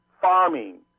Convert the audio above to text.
farming